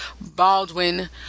baldwin